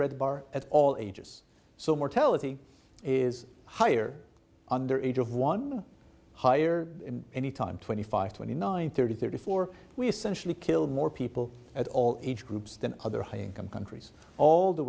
red bar at all ages so mortality is higher under age of one higher in any time twenty five twenty nine thirty thirty four we essentially killed more people at all age groups than other high income countries all the